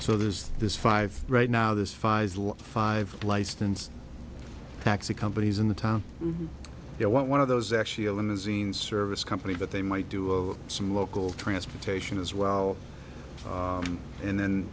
so there's this five right now this five five license taxi companies in the town they want one of those actually a limousine service company but they might do some local transportation as well and then